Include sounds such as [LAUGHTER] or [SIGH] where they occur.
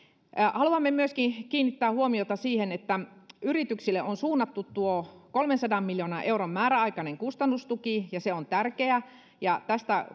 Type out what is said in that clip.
haluamme myöskin kiinnittää huomiota siihen että yrityksille on suunnattu tuo kolmensadan miljoonan euron määräaikainen kustannustuki ja se on tärkeä ja tästä [UNINTELLIGIBLE]